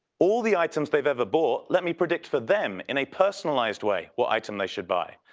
all the items they've ever bought let me predict for them in a personalized way what item they should buy.